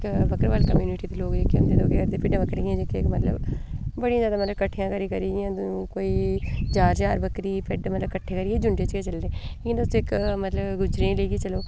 इक बक्करवाल कम्युनिटी दे लोक जेह्के होंदे न ओह् केह् करदे भिड्डां बकरियां मतलब बड़ियां जैदा मतलब इ'यां किट्ठियां करी करी रखदे कोई ज्हार ज्हार बकरी भिड्ड मतलब झुंडै च गै चलदे इ'यां तुस गुज्जरें इ'यां तुस गुज्जरें लेइयै चलो